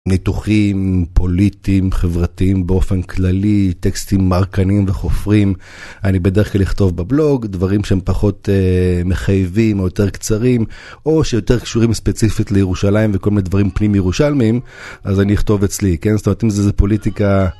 ניתוחים פוליטיים-חברתיים, באופן כללי, טקסטים ארכניים וחופרים, אני בדרך כלל אכתוב בבלוג דברים שהם פחות מחייבים או יותר קצרים, או שיותר קשורים ספציפית לירושלים וכל מיני דברים פנים-ירושלמיים, אז אני אכתוב אצלי, כן? זאת אומרת אם זה פוליטיקה...